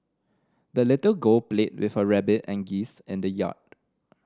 the little girl played with her rabbit and geese in the yard